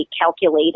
calculated